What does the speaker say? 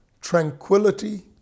tranquility